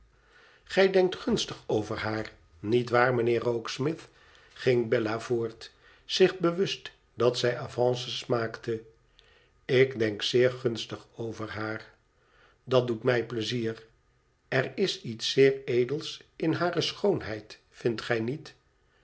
gij denkt gunstig over haar niet waar mijnheer rokesmith ging bella voort zich bewust dat zij avances maakte ik denk zeer gunstig over haar idat doet mij pleizier r is iets zeer edels in hare schoonheid vindt gij niet